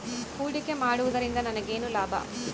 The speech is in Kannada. ಹೂಡಿಕೆ ಮಾಡುವುದರಿಂದ ನನಗೇನು ಲಾಭ?